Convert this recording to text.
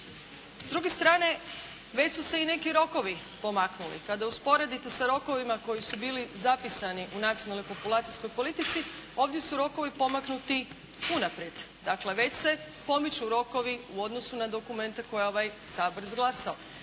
S druge strane već su se i neki rokovi pomaknuli. Kada usporedite sa rokovima koji su bili zapisani u Nacionalnoj populacijskoj politici ovdje su rokovi pomaknuti unaprijed. Dakle već se pomiču rokovi u odnosu na dokumente koje je ovaj Sabor izglasao.